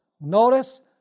Notice